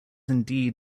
indeed